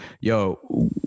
yo